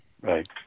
right